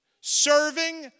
serving